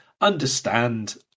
understand